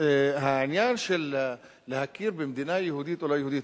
העניין של הכרה במדינה יהודית או לא יהודית,